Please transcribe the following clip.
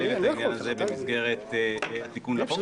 את העניין הזה במסגרת התיקון לחוק.